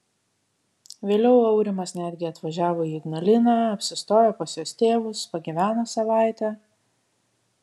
vėliau aurimas netgi atvažiavo į ignaliną apsistojo pas jos tėvus pagyveno savaitę